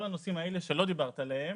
כל הנושאים שלא דברת עליהם.